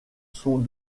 sont